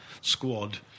squad